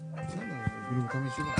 לצערנו, קרה הפיגוע הזה.